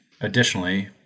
additionally